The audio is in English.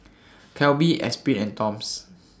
Calbee Esprit and Toms